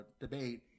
debate